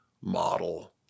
model